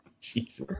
Jesus